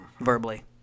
verbally